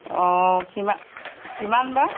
অঁ কিমা কিমান বা